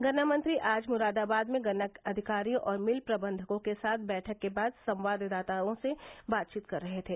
गन्ना मंत्री आज मुरादाबाद में गन्ना अधिकारियों और मिल प्रबंधकों के साथ बैठक के बाद संवाददाताओं से बातचीत कर रहे थे